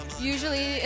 usually